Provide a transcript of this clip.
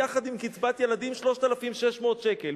יחד עם קצבת ילדים, 3,600 שקל.